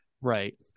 Right